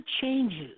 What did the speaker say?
changes